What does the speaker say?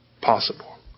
possible